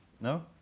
No